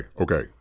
okay